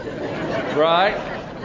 right